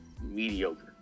mediocre